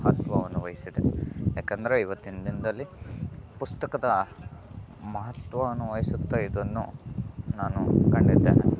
ಮಹತ್ವವನ್ನು ವಹಿಸಿದೆ ಯಾಕಂದರೆ ಇವತ್ತಿನ ದಿನದಲ್ಲಿ ಪುಸ್ತಕದ ಮಹತ್ವವನ್ನು ವಹಿಸುತ್ತಾ ಇದನ್ನು ನಾನು ಕಂಡಿದ್ದೇನೆ